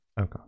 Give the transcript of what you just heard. Okay